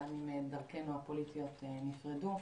גם אם דרכנו הפוליטיות נפרדת.